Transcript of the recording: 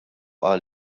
qal